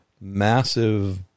massive